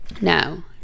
No